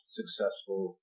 successful